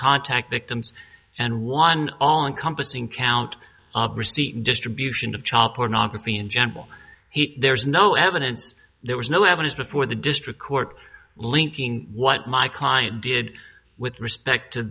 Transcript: contact victims and one all encompassing count of receipt distribution of child pornography in general he there's no evidence there was no evidence before the district court linking what my kind did with respect to